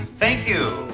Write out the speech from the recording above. thank you!